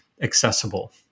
accessible